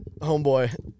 homeboy